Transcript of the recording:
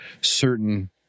certain